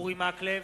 אורי מקלב,